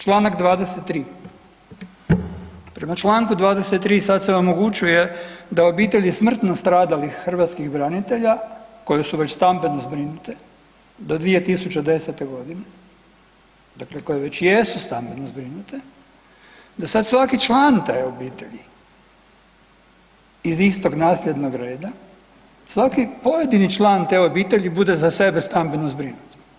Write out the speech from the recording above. Čl. 23, prema čl. 23 sad se omogućuje da obitelji smrtno stradalih hrvatskih branitelja koje su već stambeno zbrinute do 2010. g., dakle koje već jesu stambeno zbrinute, da sad svaki član te obitelji iz istog nasljednog reda, svaki pojedini član te obitelji bude za sebe stambeno zbrinut.